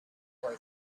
boy